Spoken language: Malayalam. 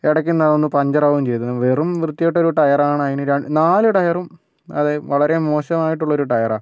ഇടക്കുണ്ടാകുന്നു പഞ്ചറാകും ചെയ്തു വെറും വൃത്തിക്കെട്ടൊരു ടയറാണ് അതിന് ര നാല് ടയറും അത് വളരെ മോശമായിട്ടുള്ളൊരു ടയറാ